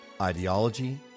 ideology